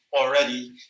already